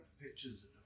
pictures